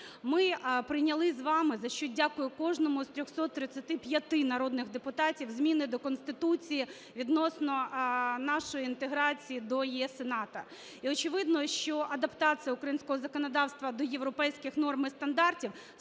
Ми прийняли з вами, за що дякую кожному з 335 народних депутатів, зміни до Конституції відносно нашої інтеграції до ЄС і НАТО. І очевидно, що адаптація українського законодавства до європейських норм і стандартів